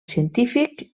científic